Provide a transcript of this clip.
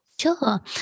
Sure